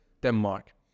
Denmark